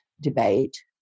debate